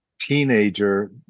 teenager